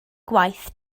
gwaith